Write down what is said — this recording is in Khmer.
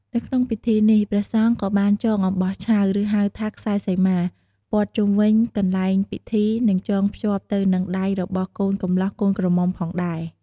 នៅក្នុងពិធីនេះ ព្រះសង្ឃក៏បានចងអំបោះឆៅ ឬហៅថា ខ្សែសីមា ព័ទ្ធជុំវិញកន្លែងពិធី និងចងភ្ជាប់ទៅនឹងដៃរបស់កូនកំលោះកូនក្រមុំផងដែរ។